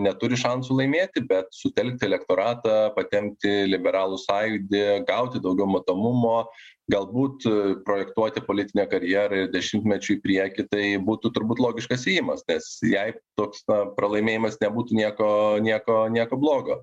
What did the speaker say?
neturi šansų laimėti bet sutelkti elektoratą patempti liberalų sąjūdį gauti daugiau matomumo galbūt projektuoti politinę karjerą ir dešimtmečiui į priekį tai būtų turbūt logiškas ėjimas nes jei toks pralaimėjimas nebūtų nieko nieko nieko blogo